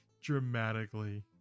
dramatically